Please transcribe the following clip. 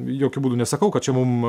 jokiu būdu nesakau kad čia mum